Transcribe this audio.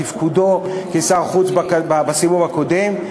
תפקודו כשר החוץ בסיבוב הקודם,